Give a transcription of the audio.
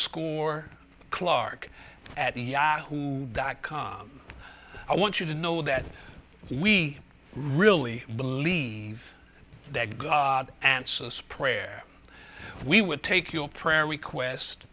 underscore clark at yahoo dot com i want you to know that we really believe that god answers prayer and we would take your prayer request